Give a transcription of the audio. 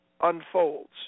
unfolds